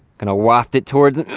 gonna waft it towards